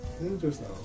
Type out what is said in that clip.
Interesting